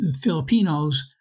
Filipinos